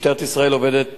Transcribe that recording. משטרת ישראל עובדת